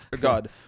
God